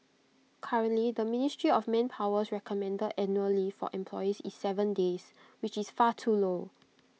currently the ministry of Manpower's recommended annual leave for employees is Seven days which is far too low